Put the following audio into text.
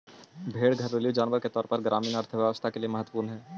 भेंड़ घरेलू जानवर के तौर पर ग्रामीण अर्थव्यवस्था के लिए महत्त्वपूर्ण हई